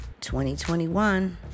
2021